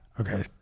Okay